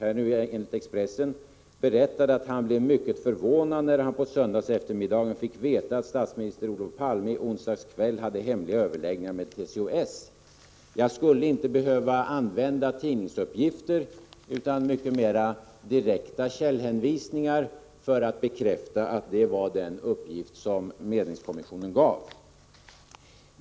Enligt Expressen berättade han att han blev mycket förvånad när han på söndagseftermiddagen fick veta att statsminister Olof Palme på onsdagskvällen hade hemliga överläggningar med TCO-S. Jag skulle inte behöva använda tidningsuppgifter utan mycket mera direkta källhänvisningar för att bekräfta att det var den uppgift som medlingskommissionen gav.